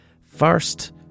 first